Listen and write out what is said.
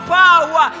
power